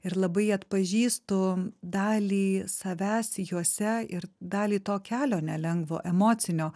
ir labai atpažįstu dalį savęs juose ir dalį to kelio nelengvo emocinio